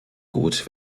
gut